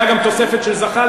הייתה גם תוספת של זחאלקה,